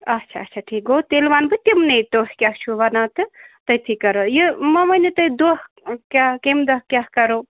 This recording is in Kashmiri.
آچھا آچھا ٹھیٖک گوٚو تیٚلہِ وَنہٕ بہٕ تِمنٕے تُہۍ کیٛاہ چھُو وَنان تہٕ تٔتی کَرو یہِ ما ؤنِو تُہۍ دۄہ ٲں کیٛاہ کَمہِ دۄہ کیٛاہ کَرو